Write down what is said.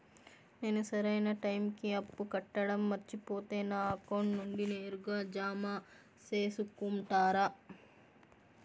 నేను సరైన టైముకి అప్పు కట్టడం మర్చిపోతే నా అకౌంట్ నుండి నేరుగా జామ సేసుకుంటారా?